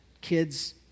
kids